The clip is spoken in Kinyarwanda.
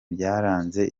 byaranze